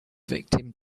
victim